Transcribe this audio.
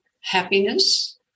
happiness